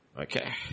Okay